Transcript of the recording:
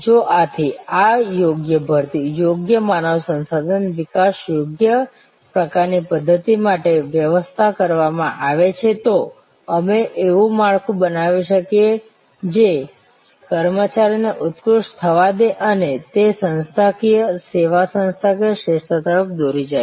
જો આથી આ યોગ્ય ભરતી યોગ્ય માનવ સંસાધન વિકાસ યોગ્ય પ્રકારની પદ્ધત્તિ માટે વ્યવસ્થા કરવામાં આવે છે તો અમે એવું માળખું બનાવી શકીએ જે કર્મચારીને ઉત્કૃષ્ટ થવા દે અને તે સંસ્થાકીય સેવા સંસ્થાકીય શ્રેષ્ઠતા તરફ દોરી જાય